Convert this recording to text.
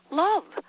love